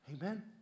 Amen